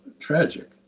tragic